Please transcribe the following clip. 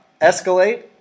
escalate